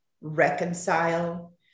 reconcile